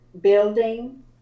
building